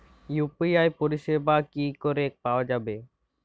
UPI পরিষেবা কি করে পাওয়া যাবে?